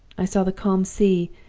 i saw the calm sea,